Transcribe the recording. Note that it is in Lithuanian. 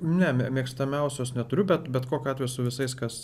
ne mė mėgstamiausios neturiu bet bet kokiu atveju su visais kas